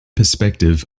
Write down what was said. perspective